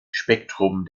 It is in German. spektrum